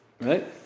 Right